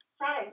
Hi